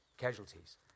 Casualties